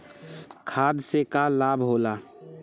खाद्य से का लाभ होला?